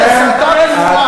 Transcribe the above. זה פשוט הסתה גמורה.